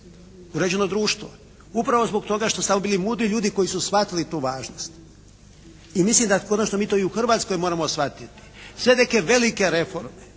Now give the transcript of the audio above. uređeno društvo upravo zbog toga što su tamo bili mudri ljudi koji su shvatili tu važnost i mislim da konačno mi to i u Hrvatskoj moramo shvatiti. Sve neke velike reforme,